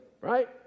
Right